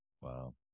Wow